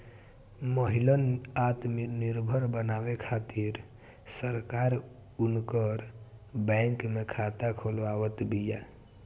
महिलन आत्मनिर्भर बनावे खातिर सरकार उनकर बैंक में खाता खोलवावत बिया